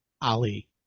Ali